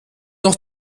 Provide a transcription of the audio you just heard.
noch